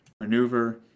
maneuver